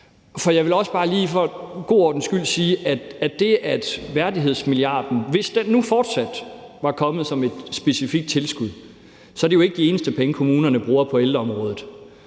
Jeg vil også bare lige for en god ordens skyld sige, at selv hvis værdighedsmilliarden nu fortsat var kommet som et specifikt tilskud, er det jo ikke de eneste penge, kommunerne bruger på ældreområdet,